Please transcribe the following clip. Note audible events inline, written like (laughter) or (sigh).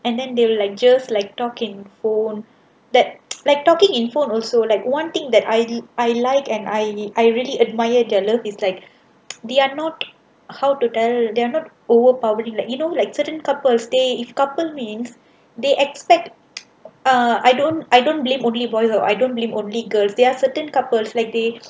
and then they will like just talk in phone that (noise) like talking in phone also like one thing that I I like and I I really admire their love is like they are not how to tell they are not overpowering like you know like certain couple they if couple means they expect uh I don't I don't blame only boy or I don't blame only girl there are certain couples like they